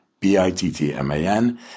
B-I-T-T-M-A-N